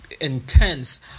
intense